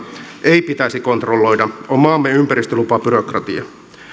ei pitäisi kontrolloida on maamme ympäristölupabyrokratia